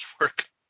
work